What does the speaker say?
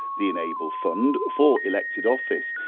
the enable fund for elected office,